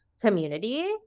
community